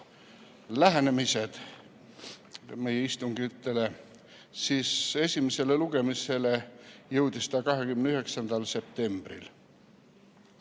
lähenemised istungitele, siis esimesele lugemisele jõudis ta 29. septembril.